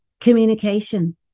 communication